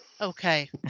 Okay